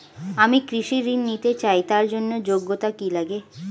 আমি কৃষি ঋণ নিতে চাই তার জন্য যোগ্যতা কি লাগে?